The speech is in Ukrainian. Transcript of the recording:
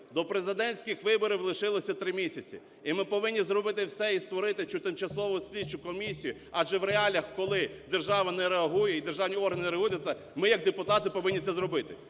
до президентських виборів лишилось 3 місяці. І ми повинні зробити все, і створити тимчасову слідчу комісію, адже в реаліях, коли держава не реагує і державні органи не реагують на це, ми як депутати повинні це зробити.